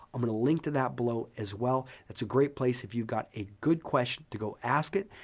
i'm going to link to that below as well. it's a great place if you've got a good question to go ask it.